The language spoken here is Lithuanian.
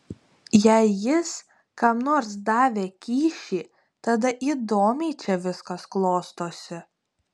jei jis kam nors davė kyšį tada įdomiai čia viskas klostosi